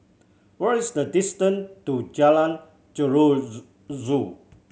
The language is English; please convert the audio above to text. what is the distant to Jalan